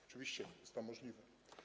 Oczywiście, jest to możliwe.